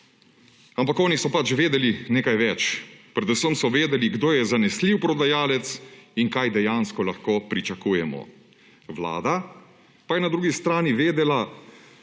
Ampak oni so vedeli nekaj več, predvsem so vedeli, kdo je zanesljiv prodajalec in kaj dejansko lahko pričakujemo. Vlada pa je na drugi strani vedela,